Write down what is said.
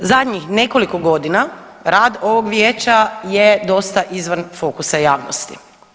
Zadnjih nekoliko godina rad ovog vijeća je dosta izvan fokusa javnosti.